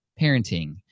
parenting